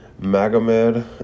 Magomed